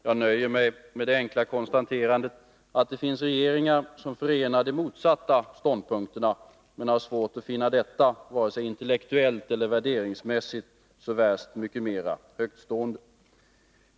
Jag nöjer mig med det enkla konstaterandet att det finns regeringar som förenar de motsatta ståndpunkterna, men har svårt att finna detta vare sig intellektuellt eller värderingsmässigt så värst mycket mera högtstående.